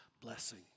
Blessing